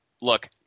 look